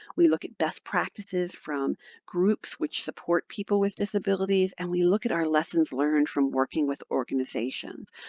we look at best practices from groups which support people with disabilities. and we look at our lessons learned from working with organizations.